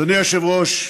אדוני היושב-ראש,